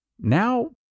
Now